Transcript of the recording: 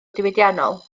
diwydiannol